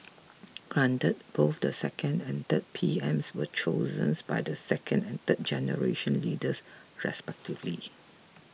granted both the second and third P Ms were chosen by the second and third generation leaders respectively